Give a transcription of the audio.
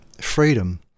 freedom